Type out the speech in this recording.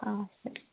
ಹಾಂ ಸರಿ